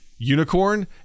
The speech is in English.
Unicorn